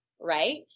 Right